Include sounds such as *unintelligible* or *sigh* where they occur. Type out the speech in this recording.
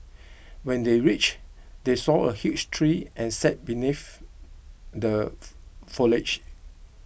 when they reached they saw a huge tree and sat beneath the *unintelligible* foliage